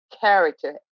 character